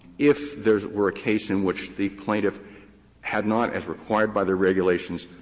if there were a case in which the plaintiff had not, as required by the regulations,